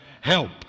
Help